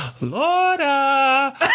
Laura